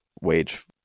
wage